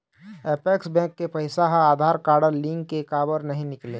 Apex bank के पैसा हा आधार कारड लिंक ले काबर नहीं निकले?